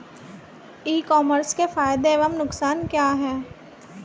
ई commerce के फायदे एवं नुकसान क्या हैं?